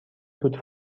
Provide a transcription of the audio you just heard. توت